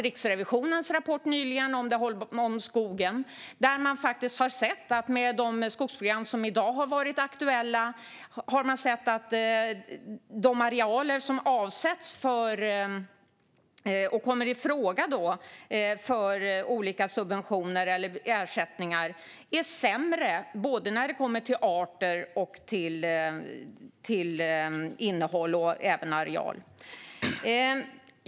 Riksrevisionens rapport om skogen visade nyligen att i dagens skogsprogram är de arealer som kommer i fråga för olika subventioner eller ersättningar sämre vad gäller både arter, innehåll och areal.